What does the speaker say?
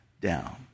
down